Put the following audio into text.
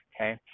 Okay